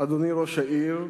אדוני ראש העיר,